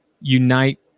unite